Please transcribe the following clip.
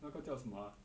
那个叫什么 ah